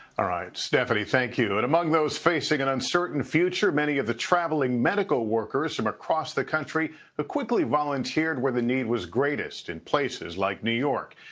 all right. stephanie thank you. but among those facing an uncertain future, many of the traveling medical workers from across the country ah quickly volunteered where the need was greatest in places like new york.